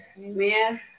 Amen